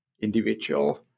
individual